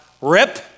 rip